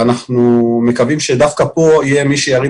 ואנחנו מקווים שדווקא כאן יהיה מי שירים